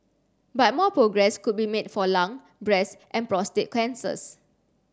but more progress could be made for lung breast and prostate cancers